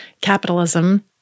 capitalism